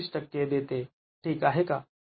०२५ टक्के देते ठीक आहे का